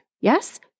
Yes